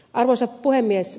arvoisa puhemies